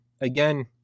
again